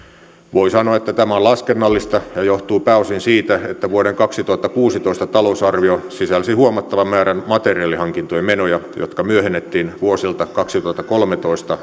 voi sanoa että tämä on laskennallista ja johtuu pääosin siitä että vuoden kaksituhattakuusitoista talousarvio sisälsi huomattavan määrän materiaalihankintojen menoja jotka myöhennettiin vuosilta kaksituhattakolmetoista